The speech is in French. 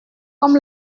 comme